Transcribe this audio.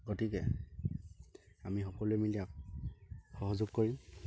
গতিকে আমি সকলোৱে মিলি সহযোগ কৰিম